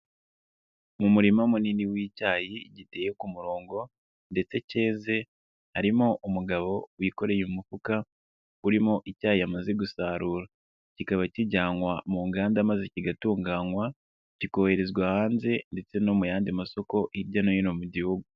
Mu murima munini w'icyayi giteye ku murongo ndetse keze harimo umugabo wikoreye umufuka urimo icyayi yamaze gusarura, kikaba kijyanwa mu nganda maze kigatunganywa kikoherezwa hanze ndetse no mu yandi masoko hirya no hino mu gihugu.